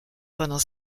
pendant